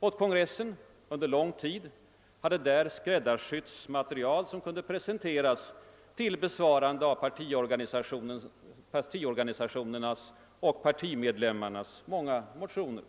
åt kongressen, under lång tid hade lär skräddarsytts material som kunde presenteras till besvarande av partiorganisationernas och partimedlemmarnas många motioner.